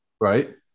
Right